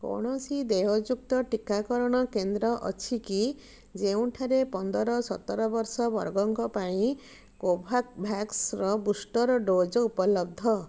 କୌଣସି ଦେୟଯୁକ୍ତ ଟିକାକରଣ କେନ୍ଦ୍ର ଅଛି କି ଯେଉଁଠାରେ ପନ୍ଦର ସତର ବର୍ଷ ବର୍ଗଙ୍କ ପାଇଁ କୋଭାଭ୍ୟାକ୍ସ୍ର ବୁଷ୍ଟର୍ ଡୋଜ୍ ଉପଲବ୍ଧ